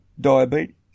diabetes